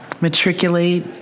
matriculate